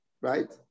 right